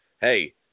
Hey